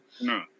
No